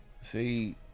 See